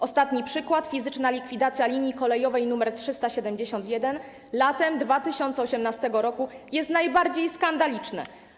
Ostatni przykład, fizyczna likwidacja linii kolejowej nr 371 latem 2018 r., jest najbardziej skandaliczny.